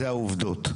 אלו העובדות.